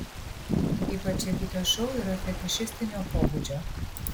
ypač jeigu tas šou yra fetišistinio pobūdžio